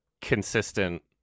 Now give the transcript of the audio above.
consistent